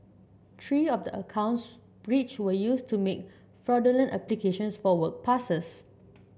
three of the accounts breached were used to make fraudulent applications for work passes